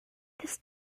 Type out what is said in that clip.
this